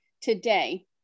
today